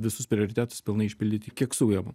visus prioritetus pilnai išpildyti kiek sugebam